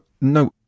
no